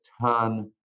ton